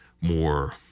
more